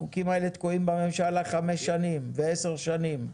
החוקים האלה תקועים בממשלה חמש שנים ועשר שנים.